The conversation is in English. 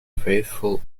faithful